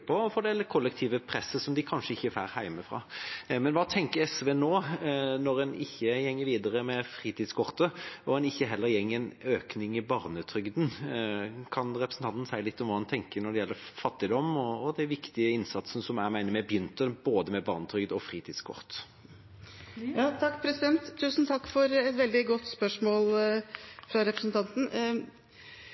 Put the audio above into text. på, og få det kollektive presset som de kanskje ikke får hjemmefra. Hva tenker SV nå, når en ikke går videre med fritidskortet, og en heller ikke gir en økning i barnetrygden? Kan representanten si litt om hva hun tenker når det gjelder fattigdom og den viktige innsatsen jeg mener vi begynte på, både med barnetrygd og fritidskort? Tusen takk til representanten for et veldig godt spørsmål. Vi har i vårt alternative budsjett en økning i barnetrygden for barn fra